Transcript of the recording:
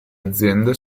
aziende